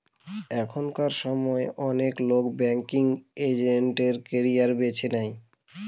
এখনকার সময় অনেক লোক ব্যাঙ্কিং এজেন্টের ক্যারিয়ার করে